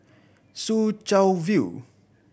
Soo Chow View